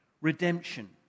redemption